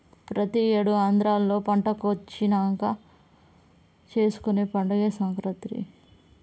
ప్రతి ఏడు ఆంధ్రాలో పంట ఇంటికొచ్చినంక చేసుకునే పండగే సంక్రాంతి